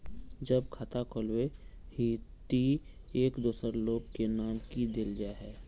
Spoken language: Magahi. जब खाता खोलबे ही टी एक दोसर लोग के नाम की देल जाए है?